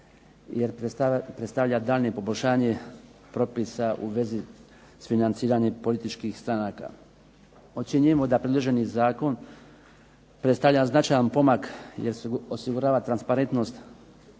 jer predstavlja daljnje poboljšanje propisa u vezi s financiranjem političkih stranaka. Ocjenjujemo da predloženi zakon predstavlja značajan pomak jer se osigurava transparentnost